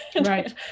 Right